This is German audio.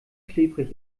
klebrig